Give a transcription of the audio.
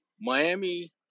Miami